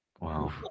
Wow